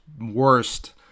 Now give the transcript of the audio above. worst